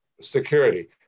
security